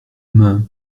main